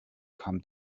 come